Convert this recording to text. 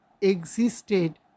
existed